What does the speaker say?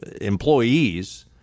employees